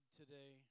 today